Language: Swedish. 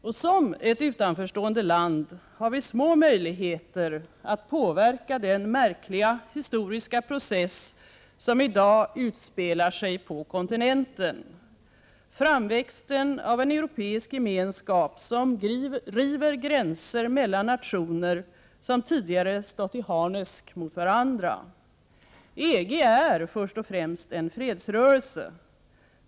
Och som ett utanförstående land har vi små möjligheter att påverka den märkliga historiska process som i dag utspelar sig på kontinenten, framväxten av en europeisk gemenskap som river gränser mellan nationer som tidigare stått i harnesk mot varandra. EG är först och främst en fredsrörelse.